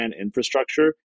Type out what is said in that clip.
infrastructure